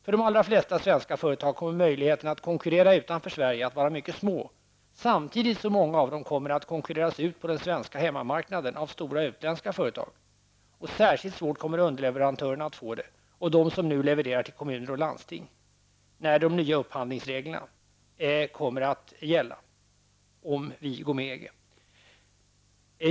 För de allra flesta svenska företag kommer möjligheterna att konkurrera utanför Sverige att vara mycket små, samtidigt som många av dem kommer att konkurreras ut på den svenska hemmamarknaden av stora utländska företag. Särskilt svårt kommer underleverantörerna att få det och de som nu levererar till kommuner och landsting när de nya upphandlingsreglerna införs om vi går med i EG.